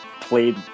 played